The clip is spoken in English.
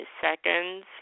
seconds